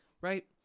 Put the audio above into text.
right